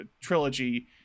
trilogy